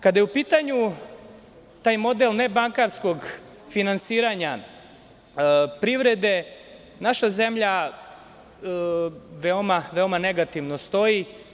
Kada je u pitanju taj model nebankarskog finansiranja privrede, naša zemlja veoma negativno stoji.